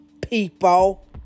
people